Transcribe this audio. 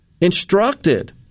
instructed